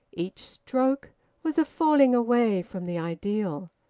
each stroke was a falling-away from the ideal,